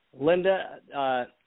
Linda